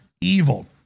evil